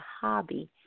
hobby